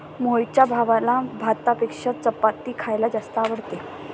मोहितच्या भावाला भातापेक्षा चपाती खायला जास्त आवडते